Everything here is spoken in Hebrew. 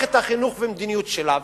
מערכת החינוך ושל המדיניות שלה,